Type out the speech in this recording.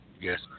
Yes